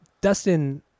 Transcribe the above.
Dustin